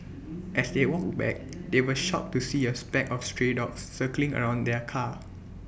as they walked back they were shocked to see A speck of stray dogs circling around their car